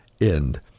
end